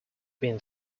being